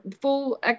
full